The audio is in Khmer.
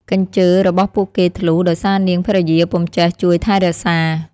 កញ្ជើរបស់ពួកគេធ្លុះដោយសារនាងភរិយាពុំចេះជួយថែរក្សា។